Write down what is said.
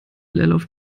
leerlauf